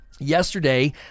Yesterday